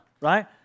right